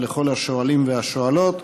ולכל השואלים והשואלות.